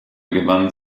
gewann